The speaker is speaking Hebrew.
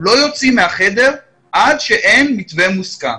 לא יוצאים מהחדר עד שאין מתווה מוסכם.